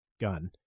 gun